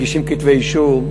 מגישים כתבי אישום.